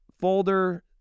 folder